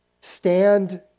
stand